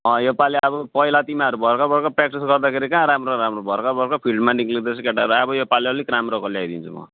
अँ यो पालि अब पहिला तिमीहरू भर्खर भर्खर प्र्याक्टिस गर्दाखेरि कहाँ राम्रो राम्रो भर्खर भर्खर फिल्डमा निस्किँदैछ केटाहरू अब यो पालि अलिक राम्रोको ल्याइदिन्छु म